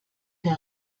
der